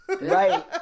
right